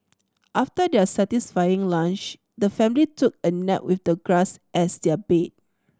after their satisfying lunch the family took a nap with the grass as their bed